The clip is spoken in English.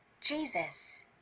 Jesus